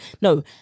No